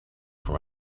from